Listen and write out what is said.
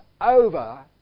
over